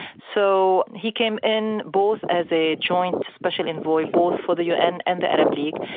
so he came in both as a joint special envoy, both for the un and the arab league,